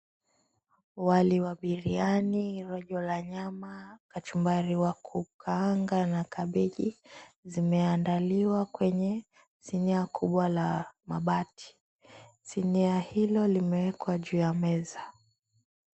Wali wa biriani, rojo la nyama, kachumbari wa kukaanga na kabeji zimeandaliwa kwenye sinia kubwa la mabati. Sinia hilo limeekwa juu ya meza.